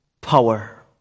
power